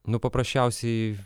nu paprasčiausiai